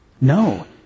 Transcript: No